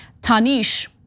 Tanish